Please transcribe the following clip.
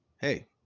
hey